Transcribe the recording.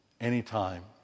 anytime